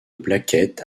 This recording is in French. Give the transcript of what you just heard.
plaquettes